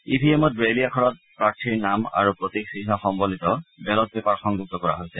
ই V এমত Braille আখৰত প্ৰাৰ্থীৰ নাম আৰু প্ৰতীক চিহ্ন সন্নলিত বেলট পেপাৰ সংযুক্ত কৰা হৈছে